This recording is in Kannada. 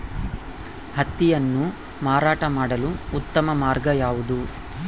ಹತ್ತಿಯನ್ನು ಮಾರಾಟ ಮಾಡಲು ಉತ್ತಮ ಮಾರ್ಗ ಯಾವುದು?